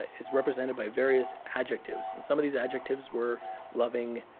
ah is represented by various adjectives. and some of these adjectives were loving,